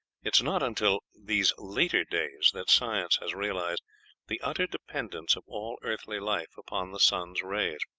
it is not until these later days that science has realized the utter dependence of all earthly life upon the sun's rays